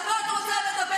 על מה את רוצה לדבר?